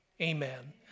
Amen